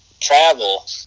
travel